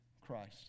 Christ